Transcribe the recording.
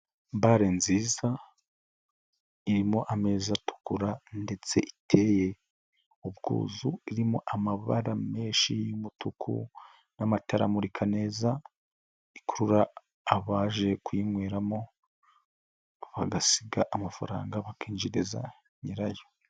Bare nziza, irimo ameza atukura ndetse iteye ubwuzu, irimo amabara menshi y'umutuku n'amatara amurika neza, ikurura abaje kuyinyweramo bagasiga amafaranga bakinjiriza nyirayo